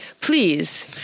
please